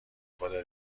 خدا